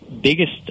biggest